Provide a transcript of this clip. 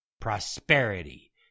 prosperity